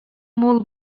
мул